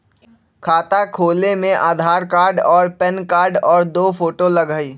खाता खोले में आधार कार्ड और पेन कार्ड और दो फोटो लगहई?